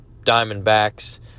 Diamondbacks